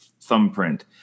thumbprint